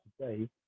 today